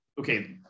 Okay